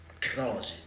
technology